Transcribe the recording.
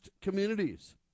communities